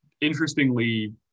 interestingly